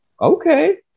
okay